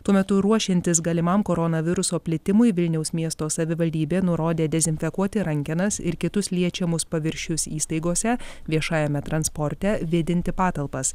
tuo metu ruošiantis galimam koronaviruso plitimui vilniaus miesto savivaldybė nurodė dezinfekuoti rankenas ir kitus liečiamus paviršius įstaigose viešajame transporte vėdinti patalpas